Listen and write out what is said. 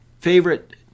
favorite